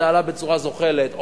זה עלה בצורה זוחלת,